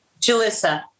Jalisa